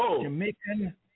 Jamaican